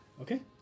Okay